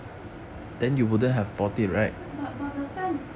but but the fan